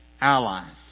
allies